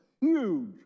huge